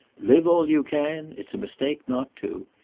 live all you can it's a mistake not to.